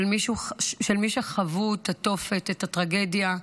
מי שחוו את התופת, את הטרגדיה,